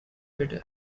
better